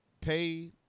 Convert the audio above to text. pay